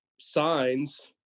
signs